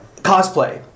Cosplay